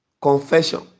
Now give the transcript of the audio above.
Confession